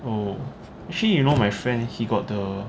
oh actually you know my friend he got the